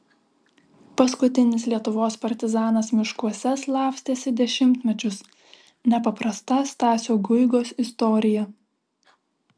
paskutinis lietuvos partizanas miškuose slapstėsi dešimtmečius nepaprasta stasio guigos istorija